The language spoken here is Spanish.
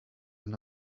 han